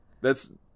That's-